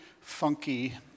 funky